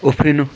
उफ्रिनु